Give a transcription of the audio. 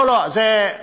לא, זה,